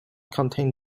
contain